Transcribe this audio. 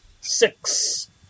Six